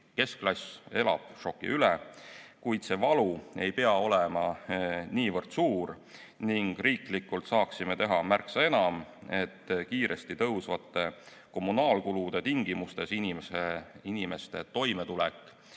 keskklass elab šoki üle, kuid see valu ei pea olema niivõrd suur ning riiklikult saaksime teha märksa enam, et kiiresti tõusvate kommunaalkulude tingimustes inimeste toimetulek